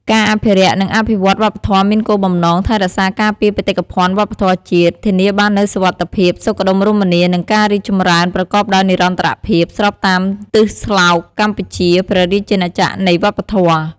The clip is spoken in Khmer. ការអភិរក្ស និងអភិវឌ្ឍន៍វប្បធម៌មានគោលបំណងថែរក្សាការពារបេតិកភណ្ឌវប្បធម៌ជាតិ ធានាបាននូវសុវត្ថិភាព សុខដុមរមនា និងការរីកចម្រើនប្រកបដោយនិរន្តរភាព ស្របតាមទិសស្លោក "កម្ពុជា ព្រះរាជាណាចក្រនៃវប្បធម៌"។